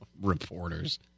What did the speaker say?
Reporters